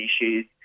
issues